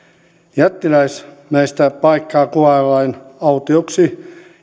jättiläismäistä paikkaa kuvaillaan autioksi